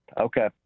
Okay